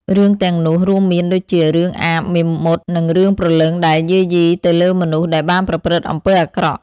រឿងទាំងនោះរួមមានដូចជា រឿង អាប មេមត់ និងរឿងព្រលឹងដែលយាយីទៅលើមនុស្សដែលបានប្រព្រឹត្តអំពើអាក្រក់។